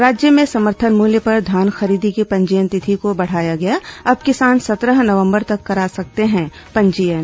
राज्य में समर्थन मूल्य पर धान खरीदी की पंजीयन तिथि को बढ़ाया गया अब किसान सत्रह नवंबर तक करा सकते हैं पंजीयन